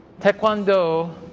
Taekwondo